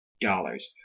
dollars